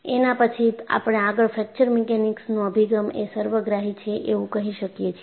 એના પછી આપણે આગળ ફ્રેક્ચર મીકેનીક્સનો અભિગમ એ સર્વગ્રાહી છે એવું કહી શકીએ છીએ